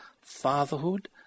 fatherhood